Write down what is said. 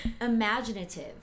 imaginative